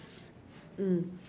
mm